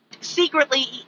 secretly